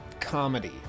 comedy